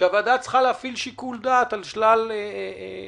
הוועדה צריכה להפעיל שיקול דעת על שלל ההיבטים